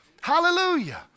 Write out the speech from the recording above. hallelujah